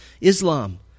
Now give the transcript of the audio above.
Islam